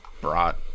brought